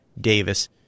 Davis